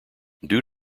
due